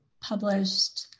published